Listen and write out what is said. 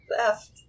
theft